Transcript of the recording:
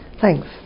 Thanks